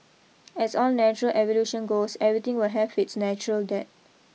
as all natural evolution goes everything will have its natural death